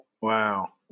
Wow